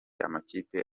amakipe